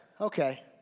okay